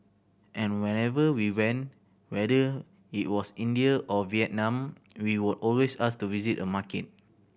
and wherever we went whether it was India or Vietnam we would always ask to visit a market